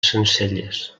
sencelles